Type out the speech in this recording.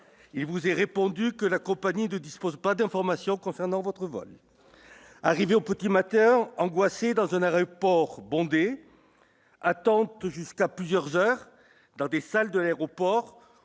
et vous ai répondu que la compagnie de dispose pas d'informations concernant votre vol, arrivé au petit matin, angoissé, dans un arrêt ports bondés attente jusqu'à plusieurs heures dans des salles de l'aéroport